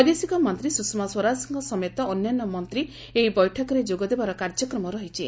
ବୈଦେଶିକ ମନ୍ତ୍ରୀ ସୁଷମା ସ୍ୱରାଜଙ୍କ ସମେତ ଅନ୍ୟାନ୍ୟ ମନ୍ତ୍ରୀ ଏହି ବୈଠକରେ ଯୋଗ ଦେବାର କାର୍ଯ୍ୟକ୍ରମ ରହିଛି